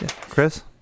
Chris